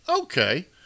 Okay